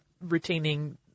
retaining